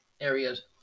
areas